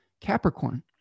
Capricorn